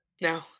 no